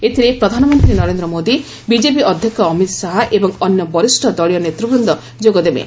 ଏଥିରେ ପ୍ରଧାନମନ୍ତ୍ରୀ ନରେନ୍ଦ୍ର ମୋଦି ବିଜେପି ଅଧ୍ୟକ୍ଷ ଅମିତ ଶାହା ଏବଂ ଅନ୍ୟ ବରିଷ୍ଣ ଦଳୀୟ ନେତୃବୃନ୍ଦ ଯୋଗଦେବେ